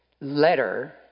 letter